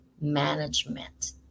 management